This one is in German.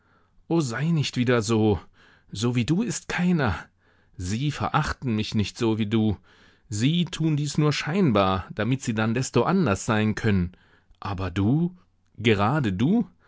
o sei nicht wieder so so wie du ist keiner sie verachten mich nicht so wie du sie tun dies nur scheinbar damit sie dann desto anders sein können aber du gerade du